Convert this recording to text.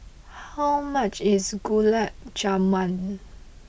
how much is Gulab Jamun